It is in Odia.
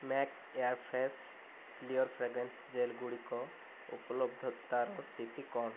ମ୍ୟାକ୍ସ ଏୟାରଫ୍ରେଶ୍ କ୍ଲିୟର ଫ୍ରାଗ୍ରାନ୍ସ ଜେଲ୍ଗୁଡ଼ିକ ଉପଲବ୍ଧତାର ସ୍ଥିତି କ'ଣ